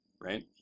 Right